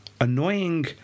annoying